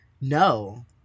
no